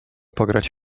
pograć